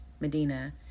Medina